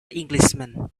englishman